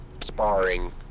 sparring